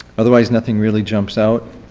otherwise nothing really jumps out